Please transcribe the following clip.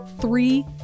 Three